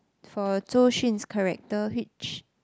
for Zhou-Xun's character which